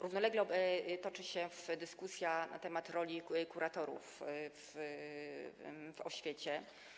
Równocześnie toczy się dyskusja na temat roli kuratorów w oświacie.